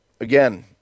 Again